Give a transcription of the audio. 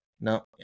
No